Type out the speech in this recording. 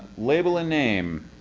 label in name.